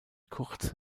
kurz